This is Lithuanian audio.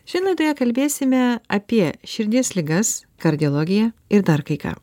šiandien laidoje kalbėsime apie širdies ligas kardiologiją ir dar kai ką